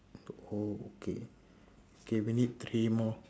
oh okay okay we need three more